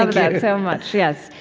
um that so much, yes.